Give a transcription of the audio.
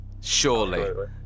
surely